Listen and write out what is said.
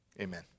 Amen